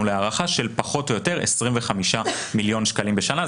להערכה של פחות או יותר 25,000,000 שקלים בשנה.